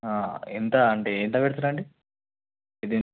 ఎంత అంటే ఎంత పెడుతుర్రు అండి ఇది